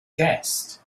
guest